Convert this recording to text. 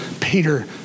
Peter